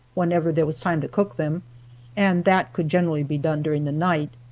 whenever there was time to cook them and that could generally be done during the night.